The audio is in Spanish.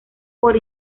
por